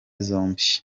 zombi